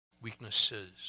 Weaknesses